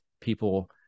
people